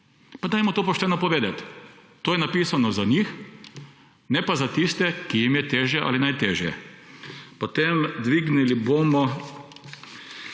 Pa to pošteno povejmo! To je napisano za njih, ne pa za tiste, ki jim je težje ali najtežje. Potem dvignili bomo